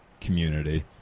community